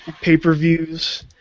pay-per-views